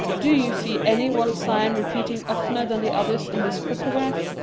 do you see any one sign repeated oftener than the others in this cryptograph?